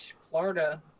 florida